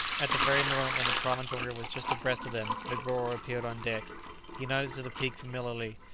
at the very moment when the promontory was just abreast of them, negoro appeared on deck he nodded to the peak familiarly,